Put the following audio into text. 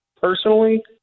personally